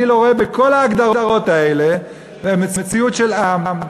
אני לא רואה בכל ההגדרות האלה מציאות של עם.